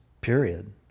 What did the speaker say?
Period